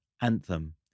anthem